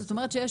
זאת אומרת שיש